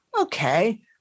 okay